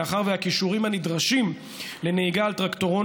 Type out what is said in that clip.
מאחר שהכישורים הנדרשים לנהיגה על טרקטורון